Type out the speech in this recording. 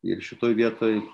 ir šitoj vietoj